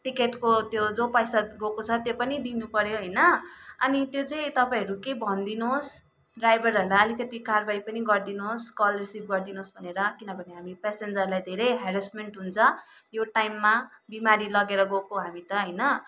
टिकटको त्यो जो पैसा गएको छ त्यो पनि दिनुपऱ्यो होइन अनि त्यो चाहिँ तपाईँहरू के भनिदिनुहोस् ड्राइभरहरूलाई अलिकति कारवाही पनि गरिदिनुहोस् कल रिसिभ गरिदिनुहोस् भनेर किनभने हामी पेसेन्जरलाई धेरै हेरेस्मेन्ट हुन्छ यो टाइममा बिमारी लगेर गएको हामी त होइन